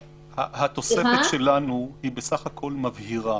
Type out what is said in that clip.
התוספת שלנו בסך הכול מבהירה.